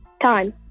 time